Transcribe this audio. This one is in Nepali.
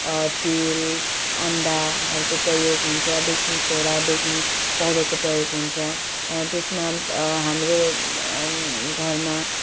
तेल अन्डाहरूको प्रयोग हुन्छ बेकिङ सोडा बेकिङ पाउडरको प्रयोग हुन्छ त्यसमा हाम्रो घरमा